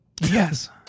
Yes